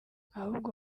ahubwo